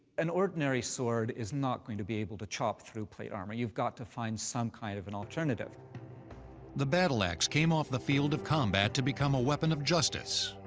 an ordinary sword is not going to be able to chop through plate armor. you've got to find some kind of an alternative. narrator the battle-axe came off the field of combat to become a weapon of justice,